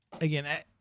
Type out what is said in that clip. again